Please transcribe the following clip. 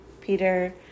peter